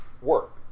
work